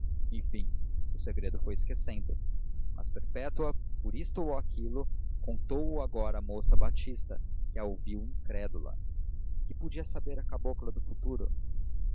enfim o segredo foi esquecendo mas perpétua por isto ou aquilo contou o agora à moça batista que a ouviu incrédula que podia saber a cabocla do futuro